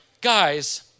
guys